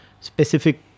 specific